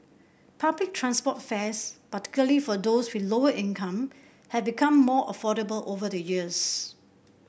public transport fares particularly for those with lower income have become more affordable over the years